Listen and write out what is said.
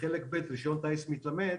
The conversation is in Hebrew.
בחלק ב' רישיון טייס מתלמד,